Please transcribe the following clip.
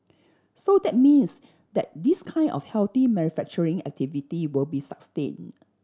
so that means that this kind of healthy manufacturing activity will be sustain